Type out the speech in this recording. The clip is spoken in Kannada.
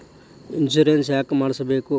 ಇನ್ಶೂರೆನ್ಸ್ ಯಾಕ್ ಮಾಡಿಸಬೇಕು?